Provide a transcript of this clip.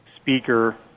speaker